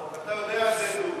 אין טעם לחוק, אתה יודע את זה, דודי.